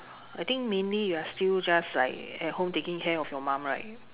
I think mainly you're still just like at home taking care of your mom right